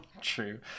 true